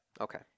Okay